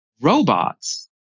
robots